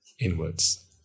inwards